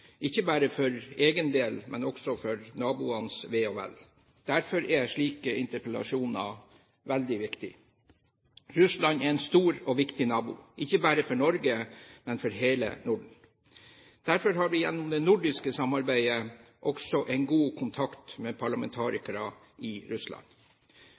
ikke bare for egen del, men også for naboenes ve og vel. Derfor er slike interpellasjoner veldig viktige. Russland er en stor og viktig nabo, ikke bare for Norge, men for hele Norden. Derfor har vi gjennom det nordiske samarbeidet også en god kontakt med parlamentarikere i Russland.